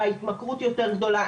ההתמכרות יותר גדולה,